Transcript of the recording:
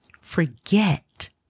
forget